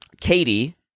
Katie